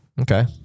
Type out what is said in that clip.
Okay